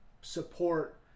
support